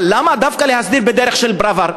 אבל למה דווקא להסדיר בדרך של פראוור?